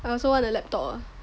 I also want a laptop ah